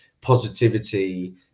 positivity